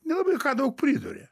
nelabai daug priduria